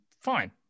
fine